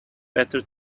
better